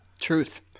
Truth